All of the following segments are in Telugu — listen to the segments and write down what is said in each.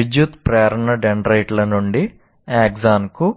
విద్యుత్ ప్రేరణ డెండ్రైట్ల సినాప్స్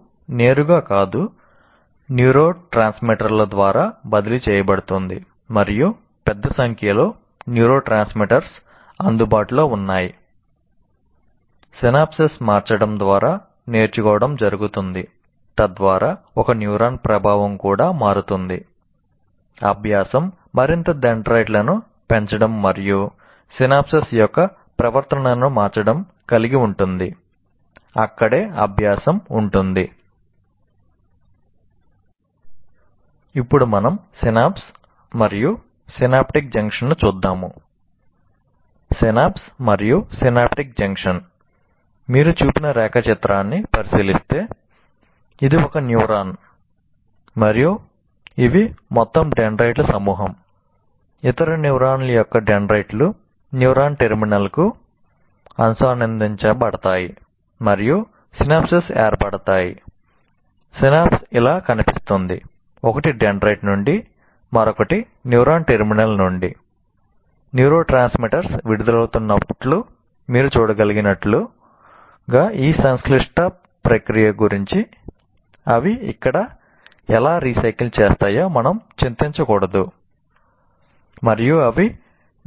మరియు అవి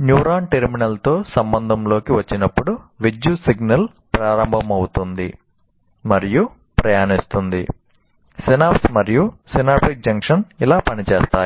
న్యూరాన్ టెర్మినల్తో సంబంధంలోకి వచ్చినప్పుడు విద్యుత్ సిగ్నల్ ప్రారంభమవుతుంది మరియు ప్రయాణిస్తుంది సినాప్స్ మరియు సినాప్టిక్ జంక్షన్ ఇలా పనిచేస్తాయి